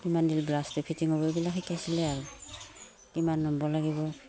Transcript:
কিমান ফিটিং হ'ব এইবিলাক শিকাইছিলে আৰু কিমান নম্বৰ লাগিব